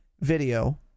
video